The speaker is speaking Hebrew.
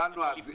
שאלנו אז.